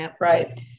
Right